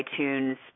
iTunes